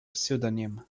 pseudonym